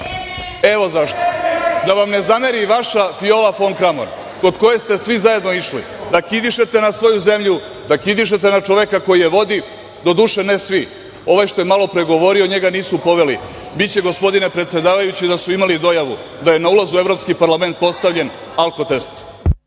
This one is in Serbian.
Evo zašto, da vam ne zameri vaša Viola fon Kramon kod koje ste svi zajedno išli, da kidišete na svoju zemlju, da kidišete na čoveka koji je vodi. Doduše ne svi, ovaj što je malopre govorio njega nisu poveli, biće gospodine predsedavajući da su imali dojavu da je na ulazu u Evropski parlament postavljen alkotest.